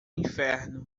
inferno